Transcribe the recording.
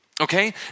Okay